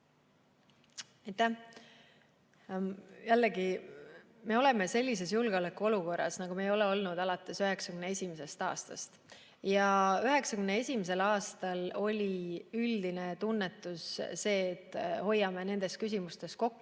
Jällegi, me oleme sellises julgeolekuolukorras, nagu me ei ole olnud alates 1991. aastast. 1991. aastal oli üldine tunnetus see, et hoiame nendes küsimustes kokku.